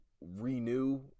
renew